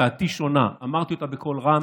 דעתי שונה, ואמרתי אותה בקול רם.